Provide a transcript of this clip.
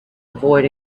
avoid